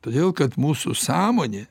todėl kad mūsų sąmonė